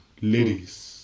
ladies